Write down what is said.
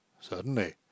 Certainly